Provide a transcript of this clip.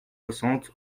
soixante